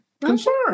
concern